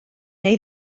neu